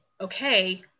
okay